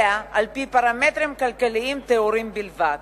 אלא על-פי פרמטרים כלכליים טהורים בלבד.